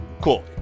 Cool